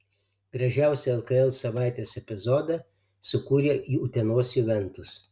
gražiausią lkl savaitės epizodą sukūrė utenos juventus